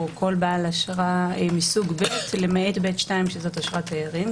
כל בעל אשרה מסוג ב' ולמעט ב2 שזו אשרת תיירים,